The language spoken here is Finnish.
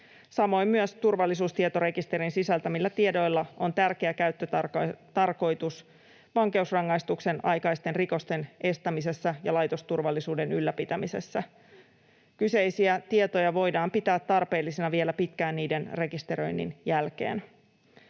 Samoin myös turvallisuustietorekisterin sisältämillä tiedoilla on tärkeä käyttötarkoitus vankeusrangaistuksen aikaisten rikosten estämisessä ja laitosturvallisuuden ylläpitämisessä. Kyseisiä tietoja voidaan pitää tarpeellisina vielä pitkään niiden rekisteröinnin jälkeen.